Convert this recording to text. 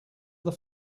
that